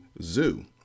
zoo